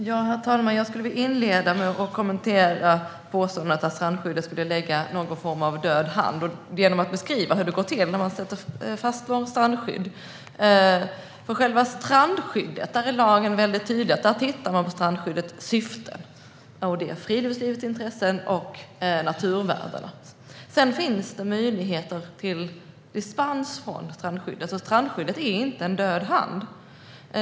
Herr talman! Jag skulle vilja inleda med att kommentera påståendet att strandskyddet skulle lägga någon form av död hand över områden. Jag ska beskriva hur det går till när man sätter ett strandskydd. Vad gäller själva strandskyddet är lagen väldigt tydlig. Man tittar på strandskyddets syfte. Det gäller friluftslivets intressen och naturvärdena. Sedan finns det möjligheter till dispens från strandskyddet. Strandskyddet är inte en död hand.